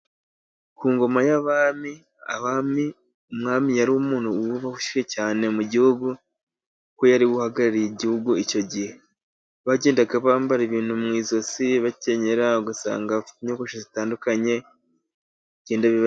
Ku ngoma y'abami, abami, umwami yari umuntu wubashywe cyane mu gihugu, ku ko yari uhagarariye igihugu icyo gihe, bagendaga bambara ibintu mu ijosi, bakenyera, ugasanga inyogosho zitandukanye.